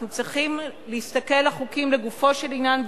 אנחנו צריכים להסתכל בחוקים לגופו של עניין,